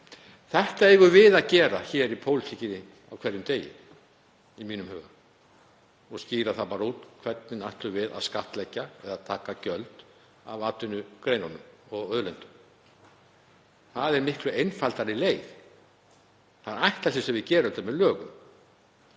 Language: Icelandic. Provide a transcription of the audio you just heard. Það eigum við að gera hér í pólitíkinni á hverjum degi í mínum huga og skýra það út hvernig við ætlum að skattleggja eða taka gjöld af atvinnugreinum og auðlindum. Það er miklu einfaldari leið. Það er ætlast til þess að við gerum þetta með lögum.